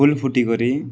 ଫୁଲ୍ ଫୁଟି କରି